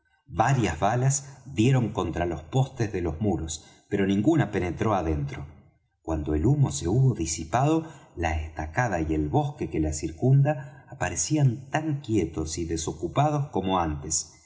varias balas dieron contra los postes de los muros pero ninguna penetró adentro cuando el humo se hubo disipado la estacada y el bosque que la circunda aparecían tan quietos y desocupados como antes